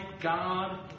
God